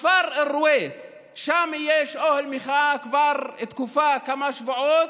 בכפר אל-רויס יש אוהל מחאה כבר תקופה, כמה שבועות,